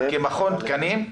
כמכון תקנים,